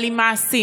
אבל עם מעשים.